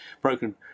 broken